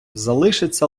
залишиться